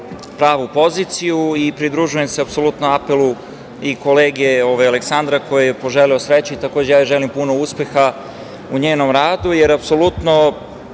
pravu poziciju i pridružujem se apsolutno apelu i kolege Aleksandra, koji je poželeo sreću, i takođe želim joj puno uspeha u njenom radu, jer apsolutno